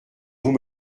vous